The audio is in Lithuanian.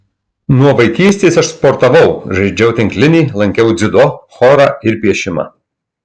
nuo vaikystės aš sportavau žaidžiau tinklinį lankiau dziudo chorą ir piešimą